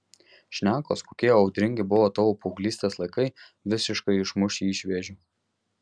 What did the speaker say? šnekos kokie audringi buvo tavo paauglystės laikai visiškai išmuš jį iš vėžių